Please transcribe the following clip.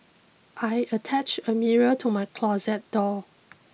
I attach a mirror to my closet door